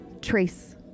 trace